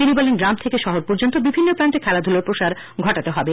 তিনি বলেন গ্রাম থেকে শহর পর্যন্ত বিভিন্ন প্রান্তে খেলাধূলার প্রসার ঘটাতে হবে